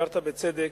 הערת בצדק: